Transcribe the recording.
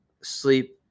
sleep